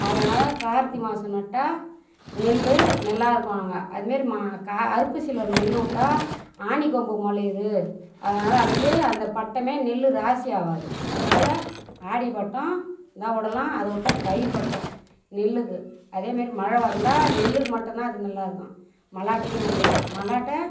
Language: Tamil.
அதனால் கார்த்தி மாதம் நட்டால் நெல்லு நல்லாருக்குவாங்க அது மாரி மா கா ஐப்பசியில நெல்லுவிட்டா ஆணிக்கொம்பு முளையிது அதனால் அதுக்கு அந்த பட்டம் நெல்லு ராசியாவாது அதனால் ஆடி பட்டம் தான் விடலாம் அதை விட்டா தை பட்டம் நெல்லுக்கு அதே மாரி மழை வருந்தா நெல்லுக்கு மட்டும் தான் அது நல்லாயிருக்கும் மழைட்டிக்கும் நெல்லுக்கும் மழைட்ட